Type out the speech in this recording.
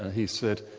he said,